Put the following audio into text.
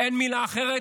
אין מילה אחרת.